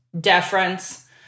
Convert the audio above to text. deference